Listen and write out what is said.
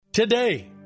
Today